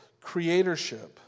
creatorship